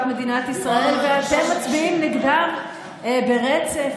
מדינת ישראל ואתם מצביעים נגדן ברצף,